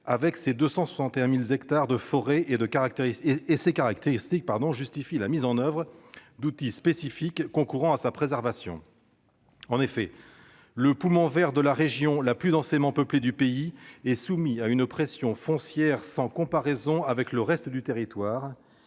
: ses 261 000 hectares de forêts aux caractéristiques bien spécifiques justifient la mise en oeuvre d'outils spécifiques concourant à la préservation de cette forêt. En effet, le poumon vert de la région la plus densément peuplée du pays est soumis à une pression foncière sans comparaison avec le reste du territoire